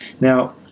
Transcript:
Now